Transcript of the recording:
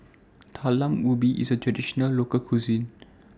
Talam Ubi IS A Traditional Local Cuisine